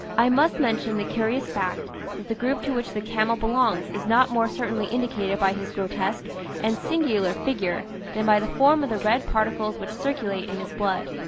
i must mention the curious fact, that the group to which the camel belongs is not more certainly indicated by his grotesque and singular figure than by the form of the red particles which circulate in his blood.